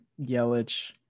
Yelich